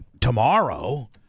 tomorrow